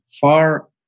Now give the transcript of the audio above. far